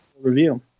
review